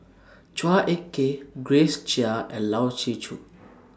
Chua Ek Kay Grace Chia and Lai Siu Chiu